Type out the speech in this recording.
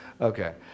Okay